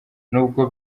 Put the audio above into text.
nubwo